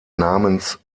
namens